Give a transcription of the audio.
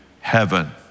heaven